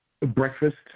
breakfast